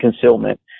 concealment